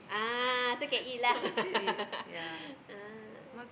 ah so can eat lah ah